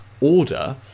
order